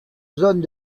zones